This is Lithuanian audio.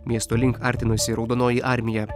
miesto link artinosi raudonoji armija